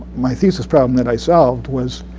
my thesis problem that i solved was